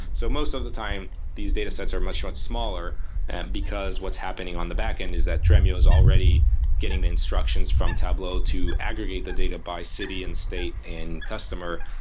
so most of the time, these datasets are much, much smaller because what's happening on the backend is that dremio is already getting the instructions from tableau to aggregate the data by city and state and customer,